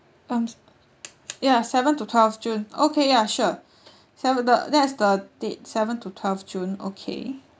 um ya seven to twelve june okay ya sure seven the that is the date seven to twelve june okay